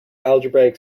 algebraic